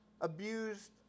abused